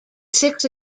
six